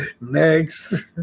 Next